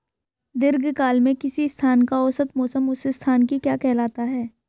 दीर्घकाल में किसी स्थान का औसत मौसम उस स्थान की क्या कहलाता है?